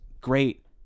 great